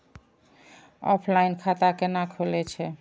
Offline खाता कैना खुलै छै?